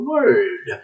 Word